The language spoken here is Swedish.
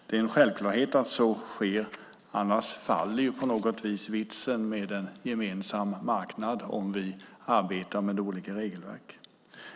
Det är en självklarhet att en sådan sker; om vi arbetar med olika regelverk faller på något vis vitsen med en gemensam marknad.